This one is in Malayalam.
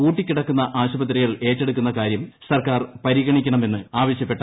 പൂട്ടിക്കിടക്കുന്ന ആശുപത്രികൾ ഏറ്റെടുക്കുന്നു സർക്കാർ പരിഗണിക്കണമെന്നും കോടതിക് ആവശ്യപ്പെട്ടു